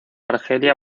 argelia